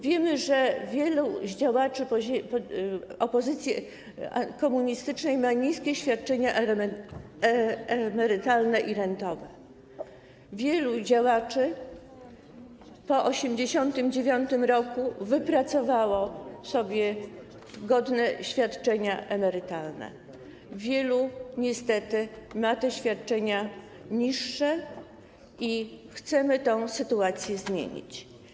Wiemy, że wielu działaczy opozycji komunistycznej ma niskie świadczenia emerytalne i rentowe, wielu działaczy po 1989 r. wypracowało sobie godne świadczenia emerytalne, wielu niestety ma te świadczenia niższe i chcemy tę sytuację zmienić.